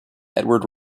edward